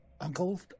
uncle